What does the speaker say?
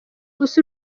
gusa